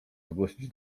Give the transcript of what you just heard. zgłosić